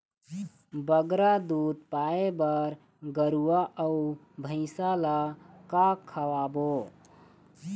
बगरा दूध पाए बर गरवा अऊ भैंसा ला का खवाबो?